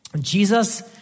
Jesus